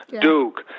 Duke